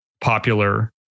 popular